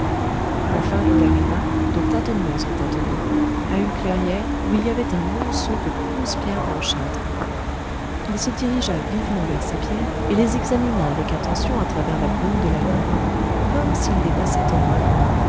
enfin il arriva de tâtonnements en tâtonnements à une clairière où il y avait un monceau de grosses pierres blanchâtres il se dirigea vivement vers ces pierres et les examina avec attention à travers la brume de la nuit comme s'il les passait en revue